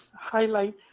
highlight